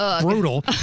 brutal